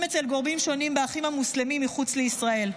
אצל גורמים שונים של האחים המוסלמים מחוץ לישראל.